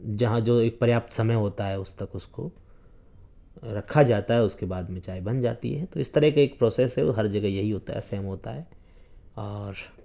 جہاں جو ایک پریاپت سمے ہوتا ہے اس تک اس کو رکھا جاتا ہے اس کے بعد میں چائے بن جاتی ہے تو اس طرح کے ایک پروسیس ہے وہ ہر جگہ یہی ہوتا ہے سیم ہوتا ہے اور